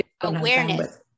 awareness